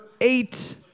eight